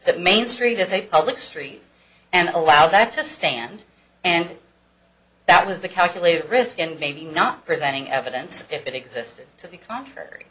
that main street is a public street and allow that to stand and that was the calculated risk and maybe not presenting evidence if it existed to the contrary